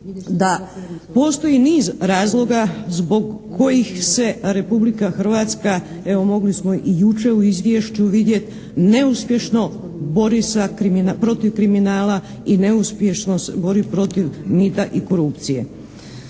da postoji niz razloga zbog kojih se Republika Hrvatska, evo mogli smo i jučer u izvješću vidjeti neuspješno bori sa, protiv kriminala i neuspješno se bori protiv mita i korupcije.